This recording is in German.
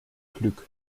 glück